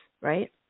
right